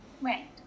Right